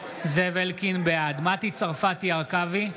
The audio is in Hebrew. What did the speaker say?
בעד מטי צרפתי הרכבי,